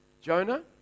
Jonah